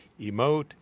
emote